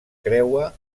creua